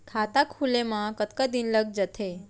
खाता खुले में कतका दिन लग जथे?